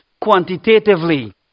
quantitatively